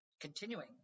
continuing